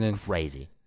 crazy